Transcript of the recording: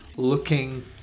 looking